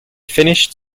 finished